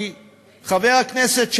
כי חבר הכנסת,